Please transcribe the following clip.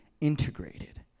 integrated